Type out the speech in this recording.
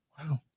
Wow